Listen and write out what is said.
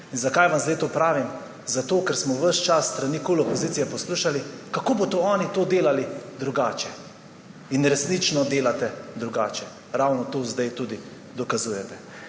Zakaj vam zdaj to pravim? Zato ker smo ves čas s strani opozicije KUL poslušali, kako bodo oni to delali drugače. In resnično delate drugače, ravno to zdaj tudi dokazujete.